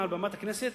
מעל במת הכנסת,